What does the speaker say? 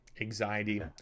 anxiety